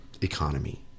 economy